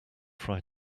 fry